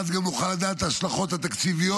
ואז גם נוכל לדעת את ההשלכות התקציביות,